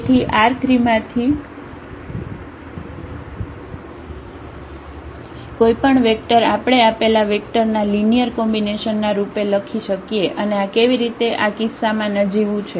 તેથી R3 માંથી કોઈપણ વેક્ટર આપણે આપેલા વેક્ટર ના લિનિયર કોમ્બિનેશનના રૂપે લખી શકીએ અને આ કેવી રીતે આ કિસ્સામાં નજીવું છે